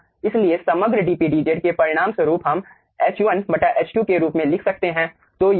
इसलिए समग्र dP dZ के परिणामस्वरूप हम H1H2 के रूप में लिख सकते हैं